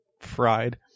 fried